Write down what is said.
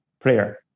prayer